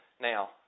now